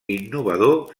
innovador